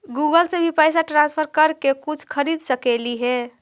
Google से भी पैसा ट्रांसफर कर के कुछ खरिद सकलिऐ हे?